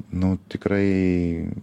nu tikrai